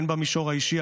במישור האישי,